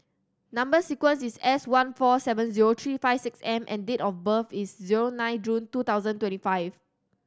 number sequence is S one four seven zero three five six M and date of birth is zero nine June two thousand twenty five